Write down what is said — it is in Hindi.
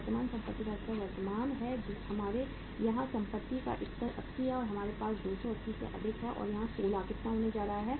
वर्तमान संपत्ति का स्तर वर्तमान है हमारे यहां संपत्ति का स्तर 80 है और हमारे पास 280 से अधिक है और वहां 16 कितना होने जा रहा है